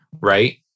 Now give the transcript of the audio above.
right